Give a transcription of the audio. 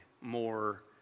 more